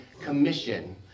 commission